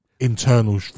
internal